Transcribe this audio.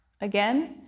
again